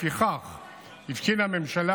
לפיכך התקינה הממשלה,